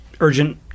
urgent